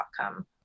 outcome